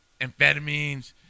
amphetamines